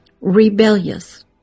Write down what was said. rebellious